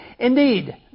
Indeed